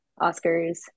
Oscars